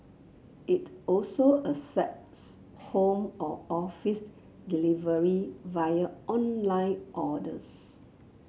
it also accepts home or office delivery via online orders